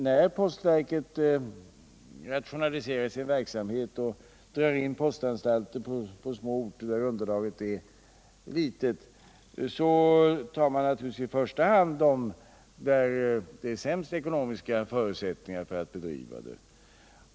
När postverket rationaliserar sin verksamhet och drar in postanstalter på små orter där underlaget är litet drar man naturligtvis i första hand in de postanstalter som har sämst ekonomiska förutsättningar för sin verksamhet.